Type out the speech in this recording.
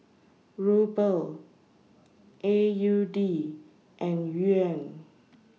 Ruble A U D and Yuan